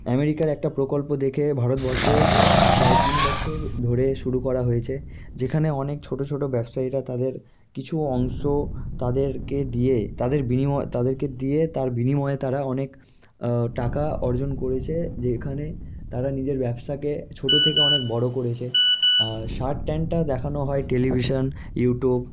অ্যামেরিকার একটা প্রকল্প দেখে ভারতবর্ষে প্রায় তিন বছর ধরে শুরু করা হয়েছে যেখানে অনেক ছোটো ছোটো ব্যবসায়ীরা তাদের কিছু অংশ তাদেরকে দিয়ে তাদের বিনিময়ে তাদেরকে দিয়ে তার বিনিময়ে তারা অনেক টাকা অর্জন করেছে যেখানে তারা নিজের ব্যবসাকে ছোটো থেকে অনেক বড়ো করেছে শার্ক ট্যাঙ্কটা দেখানো হয় টেলিভিশান ইউট্যুব